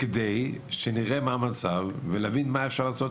כדי שנראה מה המצב ולהבין מה אפשר לעשות,